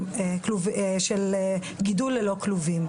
לקידום גידול ללא כלובים.